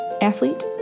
athlete